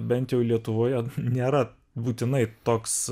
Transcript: bent jau lietuvoje nėra būtinai toks